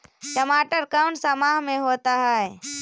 टमाटर कौन सा माह में होता है?